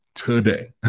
Today